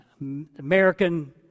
American